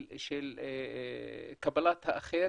של קבלת האחר